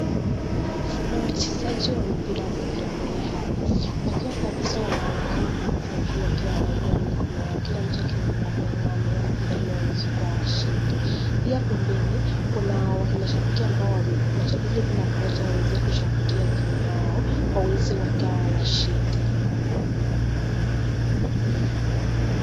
Kuna wachezaji wa mpira wa voliboli hapa wakiwa kabisa wanaonekana kuruka juu wakiwa wanainua mikono yao kila mtu aking'ang'ania mpira ili waweze kuwa washindi. Pia pembeni kuna mashambiki ambao wamekuja ili kila mmoja aweze kushambikia timu yao, waweze wakawa washindi.